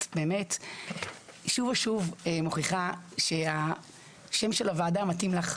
את שוב ושוב מוכיחה שהשם של הוועדה מתאים לך.